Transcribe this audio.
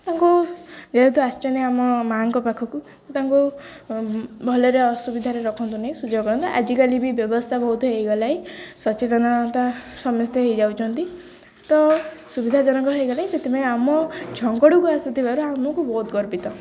ତାଙ୍କୁ ଯେହେତୁ ଆସିଛନ୍ତି ଆମ ମା'ଙ୍କ ପାଖକୁ ତାଙ୍କୁ ଭଲରେ ଅସୁବିଧାରେ ରଖନ୍ତୁନି ସୁଯୋଗ କରନ୍ତୁ ଆଜିକାଲି ବି ବ୍ୟବସ୍ଥା ବହୁତ ହେଇଗଲା ସଚେତନତା ସମସ୍ତେ ହେଇଯାଉଛନ୍ତି ତ ସୁବିଧାଜନକ ହେଇଗଲାଣି ସେଥିପାଇଁ ଆମ ଝଙ୍କଡ଼କୁ ଆସୁଥିବାରୁ ଆମକୁ ବହୁତ ଗର୍ବିତ